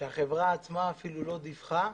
החברה עצמה אפילו לא דיווחה